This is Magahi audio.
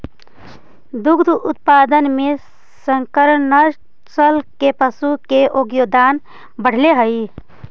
दुग्ध उत्पादन में संकर नस्ल के पशु के योगदान बढ़ले हइ